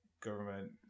government